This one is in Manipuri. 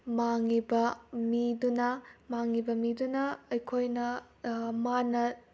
ꯃꯥꯡꯉꯤꯕ ꯃꯤꯗꯨꯅ ꯃꯥꯡꯉꯤꯕ ꯃꯤꯗꯨꯅ ꯑꯩꯈꯣꯏꯅ ꯃꯥꯅ